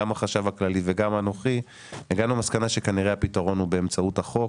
גם החשב הכללי וגם אנכי הגענו למסקנה שכנראה הפתרון הוא באמצעות החוק,